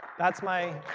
that's my